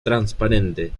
transparente